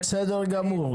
בסדר גמור.